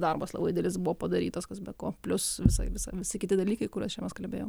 darbas labai didelis buvo padarytas kas be ko plius visai visa visi kiti dalykai kuriuos čia mes kalbėjom